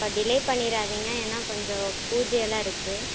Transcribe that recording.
அக்கா டிலே பண்ணீறாதீங்கள் ஏன்னா கொஞ்சம் பூஜையெல்லாம் இருக்குது